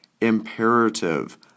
imperative